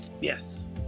Yes